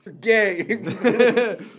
Gay